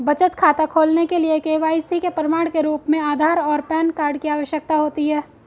बचत खाता खोलने के लिए के.वाई.सी के प्रमाण के रूप में आधार और पैन कार्ड की आवश्यकता होती है